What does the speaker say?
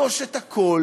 לכתוש את הכול,